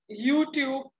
YouTube